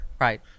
Right